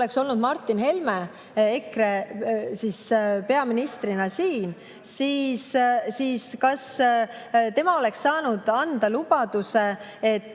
oleks olnud Martin Helme EKRE peaministrina siin, siis kas tema oleks saanud anda lubaduse, et